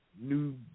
New